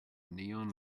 neon